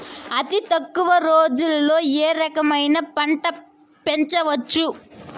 అతి తక్కువ రోజుల్లో ఏ రకమైన పంట పెంచవచ్చు?